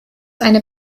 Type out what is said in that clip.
eine